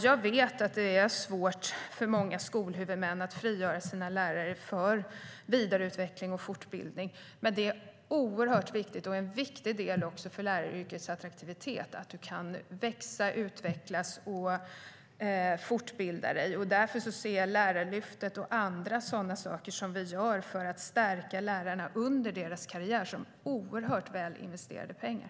Jag vet att det är svårt för många skolhuvudmän att frigöra sina lärare för vidareutveckling och fortbildning, men det är oerhört viktigt och också en viktig del för läraryrkets attraktivitet att du kan växa, utvecklas och fortbilda dig. Därför ser jag Lärarlyftet och andra sådana saker som vi gör för att stärka lärarna under deras karriär som oerhört väl investerade pengar.